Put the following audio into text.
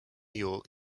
york